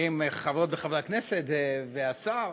עם חברות וחברי הכנסת והשר,